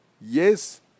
Yes